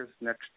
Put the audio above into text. next